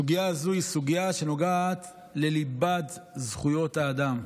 הסוגיה הזו היא סוגיה שנוגעת לליבת זכויות האדם,